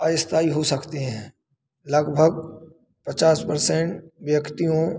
अस्थाई हो सकते हैं लगभग पचास पर्सेंट व्यक्तियों